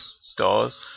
stars